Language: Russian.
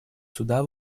суда